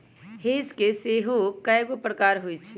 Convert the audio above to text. hedge के सेहो कएगो प्रकार होइ छै